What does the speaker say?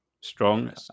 strong